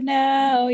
now